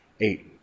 Eight